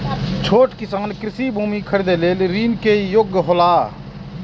छोट किसान कृषि भूमि खरीदे लेल ऋण के योग्य हौला?